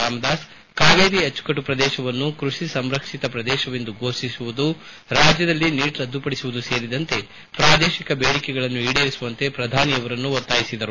ರಾಮದಾಸ್ ಕಾವೇರಿ ಅಚ್ಚುಕಟ್ಟು ಪ್ರದೇಶವನ್ನು ಕೃಷಿ ಸಂರಕ್ಷಿತ ಪ್ರದೇಶವೆಂದು ಘೋಷಿಸುವುದು ರಾಜ್ಯದಲ್ಲಿ ನೀಟ್ ರದ್ದುಪಡಿಸುವುದು ಸೇರಿದಂತೆ ಪ್ರಾದೇಶಿಕ ಬೇಡಿಕೆಗಳನ್ನು ಈಡೇರಿಸುವಂತೆ ಪ್ರಧಾನಿ ಅವರನ್ನು ಆಗ್ರಹಪಡಿಸಿದರು